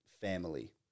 family